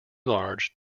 large